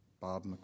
Bob